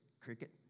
cricket